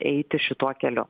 eiti šituo keliu